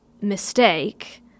mistake